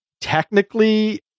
technically